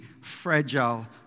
fragile